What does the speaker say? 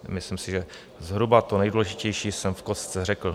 Myslím si, že zhruba to nejdůležitější jsem v kostce řekl.